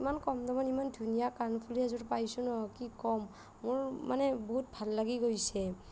ইমান কম দামত ইমান ধুনীয়া কাণফুলি এযোৰ পাইছোঁ নহয় কি ক'ম মোৰ মানে বহুত ভাল লাগি গৈছে